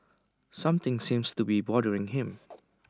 something seems to be bothering him